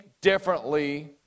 differently